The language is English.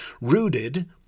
rooted